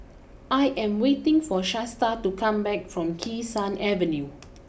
I am waiting for Shasta to come back from Kee Sun Avenue